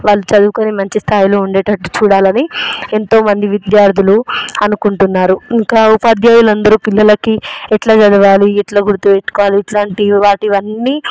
వాళ్ళు చదువుకొని మంచి స్థాయిలో ఉండేటట్టు చూడాలని ఎంతోమంది విద్యార్థులు అనుకుంటున్నారు ఇంకా ఉపాధ్యాయులు అందరు పిల్లలకి ఎట్లా చదవాలి ఎట్ల గుర్తు పెట్టుకోవాలి ఇలాంటి వాటివన్నీ